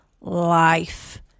life